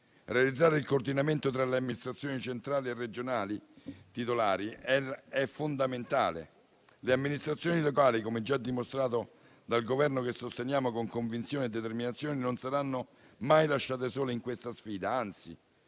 Realizzare il coordinamento tra le amministrazioni centrali e regionali titolari è fondamentale. Le amministrazioni locali - come già dimostrato dal Governo che sosteniamo con convinzione e determinazione - non saranno mai lasciate sole in questa sfida, anzi.